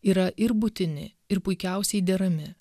yra ir būtini ir puikiausiai derami